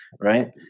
right